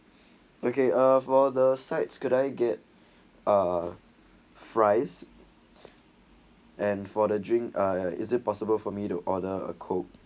okay uh for the sides could I get ah fries and for the drink ah is it possible for me to order a coke